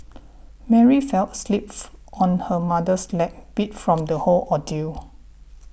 Mary fell asleep on her mother's lap beat from the whole ordeal